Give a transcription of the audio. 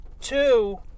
Two